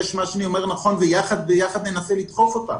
שמה שאני אומר נכון וביחד ננסה לדחוף אותן.